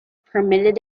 permitted